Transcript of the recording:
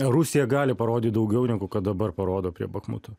rusija gali parodyi daugiau negu kad dabar parodo prie bachmuto